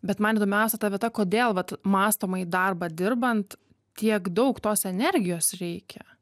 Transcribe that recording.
bet man įdomiausia ta vieta kodėl vat mąstomąjį darbą dirbant tiek daug tos energijos reikia